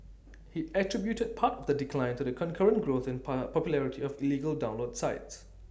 he attributed part of the decline to the concurrent growth in par popularity of illegal download sites